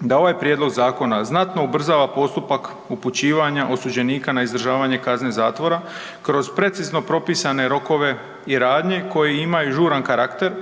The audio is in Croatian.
da ovaj prijedlog zakona znatno ubrzava postupak upućivanja osuđenika na izdržavanje kazne zatvora kroz precizno propisane rokove i radnje koje imaju žuran karakter